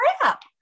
crap